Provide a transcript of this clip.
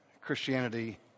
Christianity